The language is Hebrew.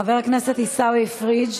חבר הכנסת עיסאווי פריג'.